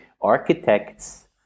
architects